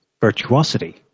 virtuosity